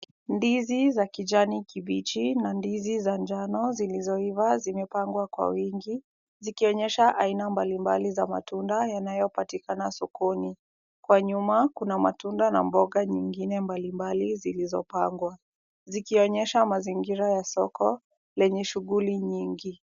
Ndizi za kijani kibichi na ndizi za njano zilizoiva zimepangwa kwa wingi, zikionyesha aina mbalimbali za matunda yanayopatikana sokoni. Kwa nyuma, kuna matunda na mboga nyingine mbalimbali zilizopangwa, zikionyesha mazingira ya soko, lenye shughuli nyingi.